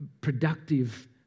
productive